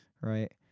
right